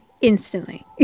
instantly